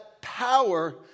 power